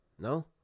no